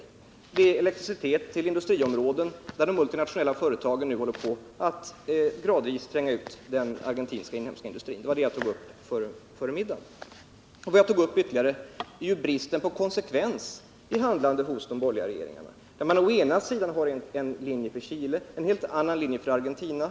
Det handlar t.ex. om elektricitet till industriområden där de multinationella företagen nu håller på att gradvis tränga ut den argentinska inhemska industrin. Före middagsuppehållet tog jag vidare upp bristen på konsekvens i handlandet hos de borgerliga regeringarna. Å ena sidan har man en linje för Chile, och å den andra sidan driver man en helt annan linje när det gäller Argentina.